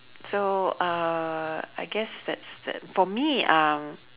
so uh I guess that's that for me um